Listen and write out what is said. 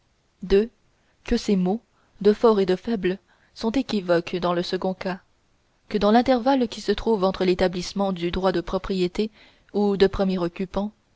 que ces mots de fort et de faible sont équivoques dans le second cas que dans l'intervalle qui se trouve entre l'établissement du droit de propriété ou de premier occupant